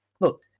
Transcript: Look